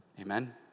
Amen